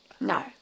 No